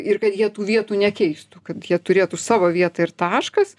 ir kad jie tų vietų nekeistų kad jie turėtų savo vietą ir taškas